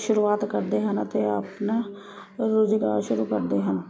ਸ਼ੁਰੂਆਤ ਕਰਦੇ ਹਨ ਅਤੇ ਆਪਣਾ ਰੁਜ਼ਗਾਰ ਸ਼ੁਰੂ ਕਰਦੇ ਹਨ